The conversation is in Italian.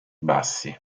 bassi